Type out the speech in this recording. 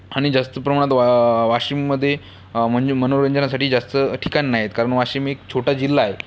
आणि जास्त प्रमाणात वा वाशिममधे म्हणजे मनोरंजनासाठी जास्त ठिकाण नाही आहेत कारण वाशिम एक छोटा जिल्हा आहे